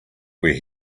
where